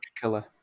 Killer